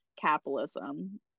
capitalism